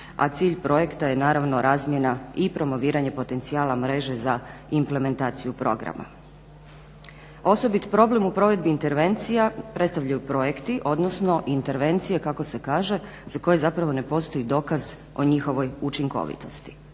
a cilj projekta je naravno razmjena i promoviranje potencijala mreže za implementaciju programa. Osobit problem u provedbi intervencija predstavljaju projekti, odnosno intervencije kako se kaže, za koje zapravo ne postoji dokaz o njihovoj učinkovitosti